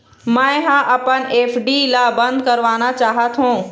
मै ह अपन एफ.डी ला अब बंद करवाना चाहथों